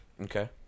Okay